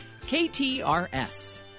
ktrs